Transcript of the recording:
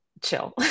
chill